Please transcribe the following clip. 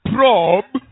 Probe